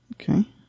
okay